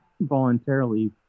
voluntarily